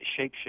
shapeshift